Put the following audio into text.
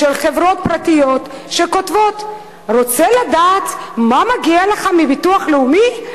של חברות פרטיות שכותבות: רוצה לדעת מה מגיע לך מהביטוח הלאומי?